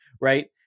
right